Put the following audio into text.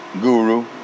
Guru